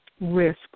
risk